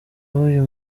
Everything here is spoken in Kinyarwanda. b’uyu